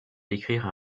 d’écrire